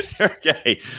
Okay